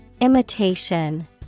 Imitation